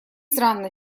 странно